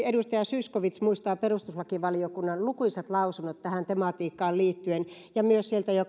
edustaja zyskowicz muistaa perustuslakivaliokunnan lukuisat lausunnot tähän tematiikkaan liittyen myös jo